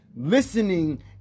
listening